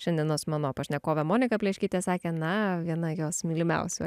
šiandienos mano pašnekovė monika pleškytė sakė na viena jos mylimiausių